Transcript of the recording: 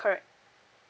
correct